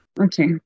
Okay